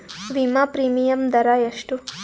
ವಿಮಾ ಪ್ರೀಮಿಯಮ್ ದರಾ ಎಷ್ಟು?